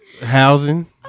Housing